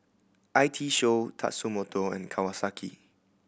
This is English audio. I T Show Tatsumoto and Kawasaki